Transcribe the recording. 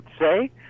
say